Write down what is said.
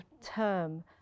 term